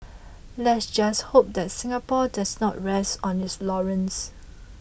let's just hope that Singapore does not rest on its laurels